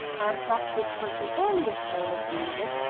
and that which was the earliest known of doing this,